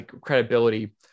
credibility